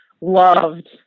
loved